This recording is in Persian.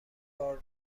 بار